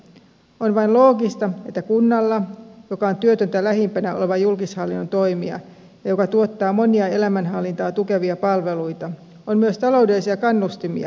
on vain loogista että kunnalla joka on työtöntä lähimpänä oleva julkishallinnon toimija ja joka tuottaa monia elämänhallintaa tukevia palveluita on myös taloudellisia kannustimia pitkäaikaistyöttömyyden hoitoon